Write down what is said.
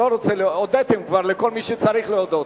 הודיתם כבר לכל מי שצריך להודות.